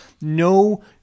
no